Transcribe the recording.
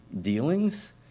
dealings